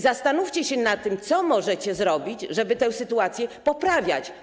Zastanówcie się nad tym, co możecie zrobić, żeby tę sytuację poprawiać.